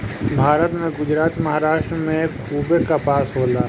भारत में गुजरात, महाराष्ट्र में खूबे कपास होला